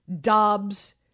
Dobbs